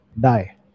die